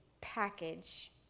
package